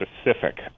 specific